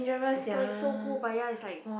is like so cool but ya is like